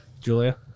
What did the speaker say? Julia